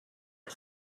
but